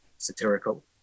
Satirical